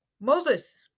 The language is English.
Moses